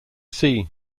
see